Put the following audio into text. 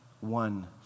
one